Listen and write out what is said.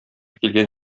килгән